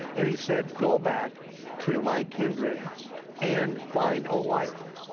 and he said go back to my kindred and find a wife.